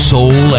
Soul